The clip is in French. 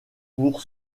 pour